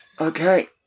Okay